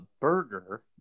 burger